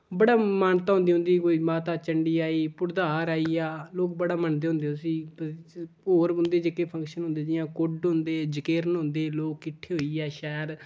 बड़ मानता होंदी उं'दी कोई माता चंडी आई पुड़धार आई गेआ लोक बड़ा मन्नदे होंदे उसी होर उं'दे जेह्के फंक्शन होंदे जियां कुड्ढ होंदे जगेरन होंदे लोक किट्ठे होइयै शैह्र